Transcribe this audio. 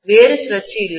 வேறு சுழற்சி இல்லை